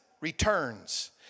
returns